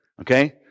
okay